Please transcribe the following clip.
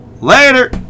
Later